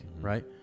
right